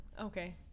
Okay